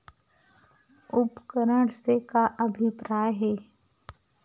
उपकरण से का अभिप्राय हे?